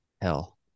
hell